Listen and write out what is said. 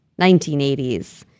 1980s